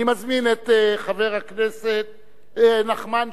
אני מזמין את חבר הכנסת נחמן שי,